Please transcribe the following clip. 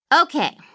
Okay